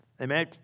Amen